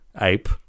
ape